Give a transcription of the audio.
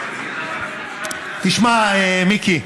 תשמע, מיקי,